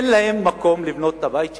אין להם מקום לבנות את הבית שלהם.